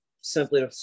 simply